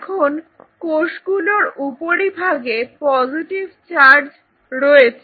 এখন কোষগুলোর উপরিভাগে পজিটিভ চার্জ রয়েছে